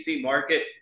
market